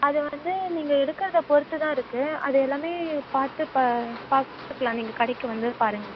அது வந்து நீங்கள் எடுக்கறதை பொறுத்து தான் இருக்கு அது எல்லாமே பார்த்து ப பார்த்துக்கலாம் நீங்கள் கடைக்கு வந்து பாருங்கள்